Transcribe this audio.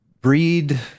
breed